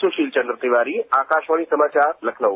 सुशील चंद्र तिवारी आकाशवाणी समाचार लखनऊ